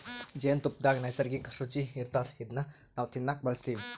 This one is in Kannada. ಜೇನ್ತುಪ್ಪದಾಗ್ ನೈಸರ್ಗಿಕ್ಕ್ ರುಚಿ ಇರ್ತದ್ ಇದನ್ನ್ ನಾವ್ ತಿನ್ನಕ್ ಬಳಸ್ತಿವ್